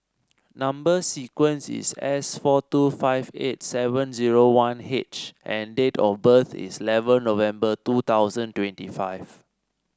number sequence is S four two five eight seven zero one H and date of birth is eleven November two thousand twenty five